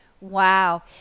Wow